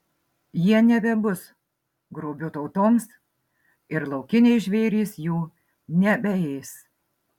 jie nebebus grobiu tautoms ir laukiniai žvėrys jų nebeės